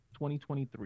2023